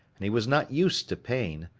and he was not used to pain,